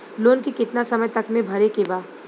Loan के कितना समय तक मे भरे के बा?